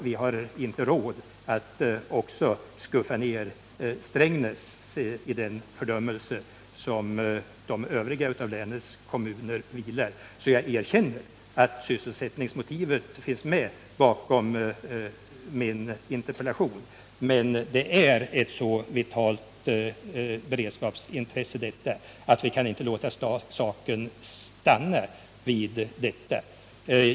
Vi har inte råd att också skuffa ner Strängnäs i den fördömelse där länets övriga kommuner vilar. Jag erkänner att sysselsättningsmotivet finns med bakom min interpellation, men detta är ett så vitalt beredskapsintresse att vi inte kan låta saken stanna här.